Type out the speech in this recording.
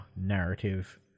narrative